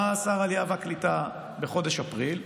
בא שר העלייה והקליטה בחודש אפריל והודיע: